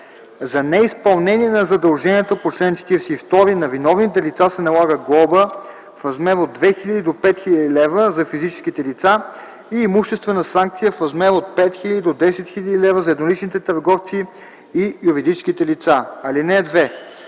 За неизпълнение на задължението по чл. 42 на виновните лица се налага глоба в размер от 2000 до 5000 лв. – за физическите лица, и имуществена санкция в размер от 5000 до 10 000 лв. – за едноличните търговци и юридическите лица. (2)